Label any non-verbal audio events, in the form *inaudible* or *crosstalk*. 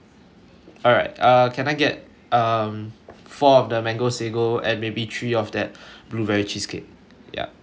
alright uh can I get um four of the mango sago and maybe three of that *breath* blueberry cheese cake yup